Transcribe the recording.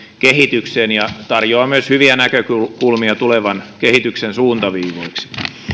kehitykseen ja tarjoaa myös hyviä näkökulmia tulevan kehityksen suuntaviivoiksi